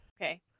okay